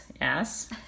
Yes